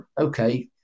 okay